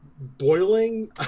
boiling